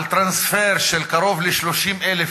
על טרנספר של קרוב ל-30,000,